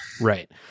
Right